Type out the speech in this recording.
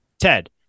Ted